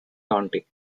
county